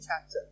chapter